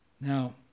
Now